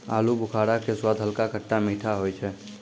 आलूबुखारा के स्वाद हल्का खट्टा मीठा होय छै